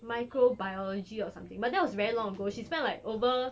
micro biology or something but then that was very long ago she spent like over